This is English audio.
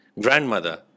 grandmother